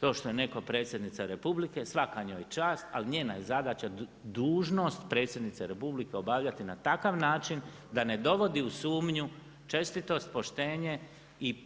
To što je netko predsjednica republike, svaka njoj čast, ali njena je zadaća, dužnost predsjednice republike obavljati na takav način, da ne dovodi u sumnju, čestitost, poštenje i